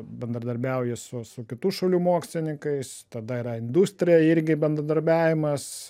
bendradarbiauji su su kitų šalių mokslininkais tada yra industrija irgi bendradarbiavimas